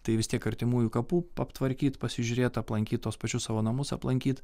tai vis tiek artimųjų kapų aptvarkyt pasižiūrėt aplankyt tuos pačius savo namus aplankyt